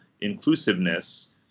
inclusiveness